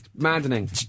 Maddening